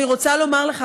אני רוצה לומר לך,